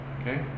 Okay